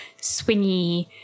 swingy